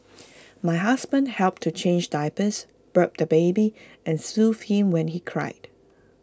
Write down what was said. my husband helped to change diapers burp the baby and soothe him when he cried